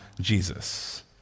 Jesus